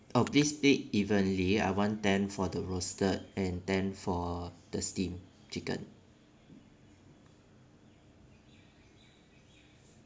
oh please split evenly I want ten for the roasted and ten for the steam chicken